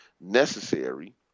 necessary